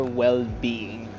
well-being